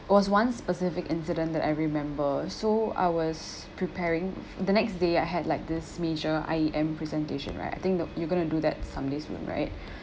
it was one specific incident that I remember so I was preparing the next day I had like this major I_E_M presentation right I think that you're going to do that some day soon right